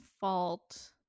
fault